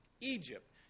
Egypt